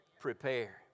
Prepare